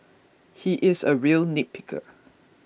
he is a real nitpicker